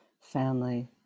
family